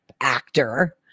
actor